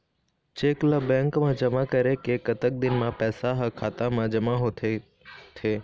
Cheque ला bank मा जमा करे के कतक दिन मा पैसा हा खाता मा जमा होथे थे?